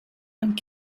und